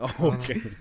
Okay